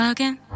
Again